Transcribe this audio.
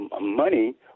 money